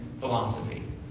philosophy